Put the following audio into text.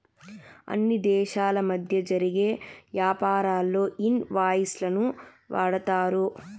అన్ని దేశాల మధ్య జరిగే యాపారాల్లో ఇన్ వాయిస్ లను వాడతారు